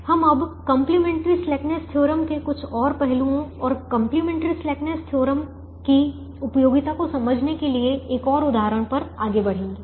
हम अब complementary slackness theorem के कुछ और पहलुओं और कंप्लीमेंट्री स्लैकनेस थ्योरम की उपयोगिता को समझने के लिए एक और उदाहरण पर आगे बढ़ेंगे